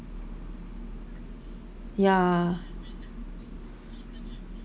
yeah